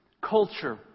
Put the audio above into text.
culture